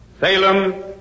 Salem